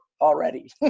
already